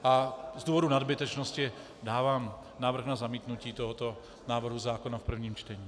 Z důvodu nadbytečnosti dávám návrh na zamítnutí tohoto návrhu zákona v prvním čtení.